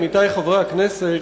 עמיתי חברי הכנסת,